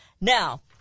Now